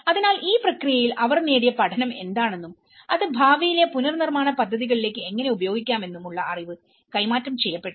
അതിനാൽ ഈ പ്രക്രിയയിൽ അവർ നേടിയ പഠനം എന്താണെന്നും അത് ഭാവിയിലെ പുനർനിർമ്മാണ പദ്ധതികളിലേക്ക് എങ്ങനെ ഉപയോഗിക്കാമെന്നും ഉള്ള അറിവ് കൈമാറ്റം ചെയ്യപ്പെട്ടില്ല